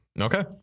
Okay